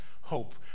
hope